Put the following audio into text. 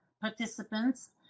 participants